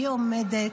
והיא עומדת,